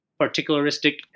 particularistic